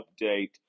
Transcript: update